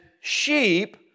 sheep